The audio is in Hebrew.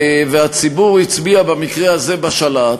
והציבור הצביע במקרה הזה בשלט.